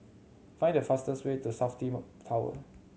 find the fastest way to Safti Tower